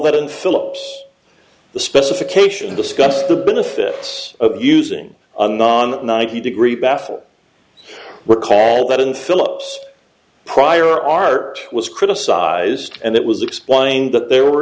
in philips the specifications discuss the benefits of using a non ninety degree baffle that in philips prior art was criticized and it was explained that there were